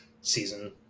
season